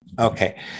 Okay